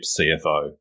CFO